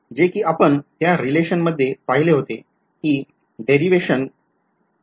जे कि आपण त्या रिलेशन मध्ये पहिले होते कि डेरिवेशन खंडित होते